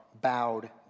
bowed